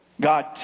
God